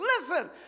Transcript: listen